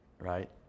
right